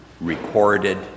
recorded